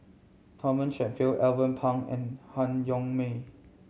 Thomas Shelford Alvin Pang and Han Yong May